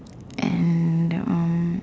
and that um